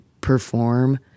perform